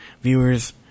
viewers